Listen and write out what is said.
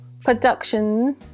production